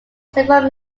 several